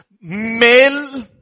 male